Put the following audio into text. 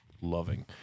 loving